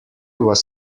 was